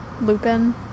Lupin